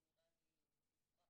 כי זה נראה לי מופרך לגמרי.